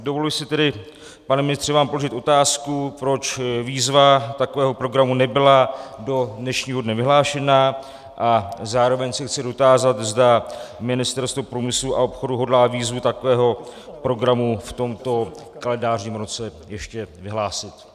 Dovoluji si vám tedy, pane ministře, položit otázku, proč výzva takového programu nebyla do dnešního dne vyhlášena, a zároveň se chci dotázat, zda Ministerstvo průmyslu a obchodu hodlá výzvu takového programu v tomto kalendářním roce ještě vyhlásit.